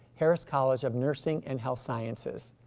harris college of nursing and health sciences,